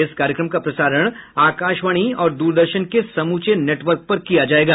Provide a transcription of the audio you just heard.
इस कार्यक्रम का प्रसारण आकाशवाणी और द्रदर्शन के समूचे नेटवर्क पर किया जायेगा